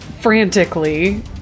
frantically